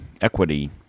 equity